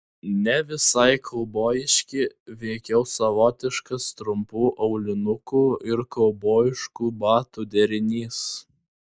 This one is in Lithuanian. ne visai kaubojiški veikiau savotiškas trumpų aulinukų ir kaubojiškų batų derinys